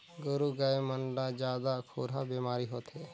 गोरु गाय मन ला जादा खुरहा बेमारी होथे